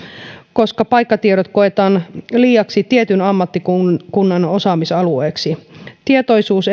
koska paikkatiedot koetaan liiaksi tietyn ammattikunnan osaamisalueeksi tietoisuus